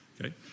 okay